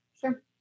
Sure